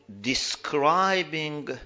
describing